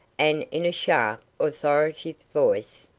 and in a sharp, authoritative voice.